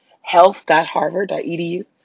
health.harvard.edu